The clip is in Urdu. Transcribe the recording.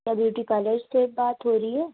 کیا بیوٹی پارلرس سے بات ہو رہی ہے